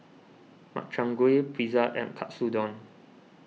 Makchang Gui Pizza and Katsudon